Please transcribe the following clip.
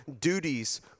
duties